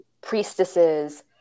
priestesses